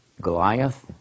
Goliath